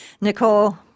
Nicole